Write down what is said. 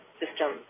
system